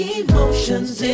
emotions